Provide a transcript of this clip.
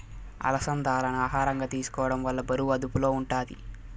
అలసందాలను ఆహారంగా తీసుకోవడం వల్ల బరువు అదుపులో ఉంటాది